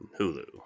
Hulu